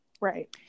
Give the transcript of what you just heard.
Right